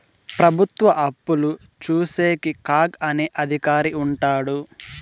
ప్రభుత్వ అప్పులు చూసేకి కాగ్ అనే అధికారి ఉంటాడు